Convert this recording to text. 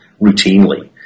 routinely